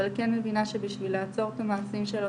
אבל כן מבינה שבשביל לעצור את המעשים שלו,